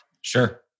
Sure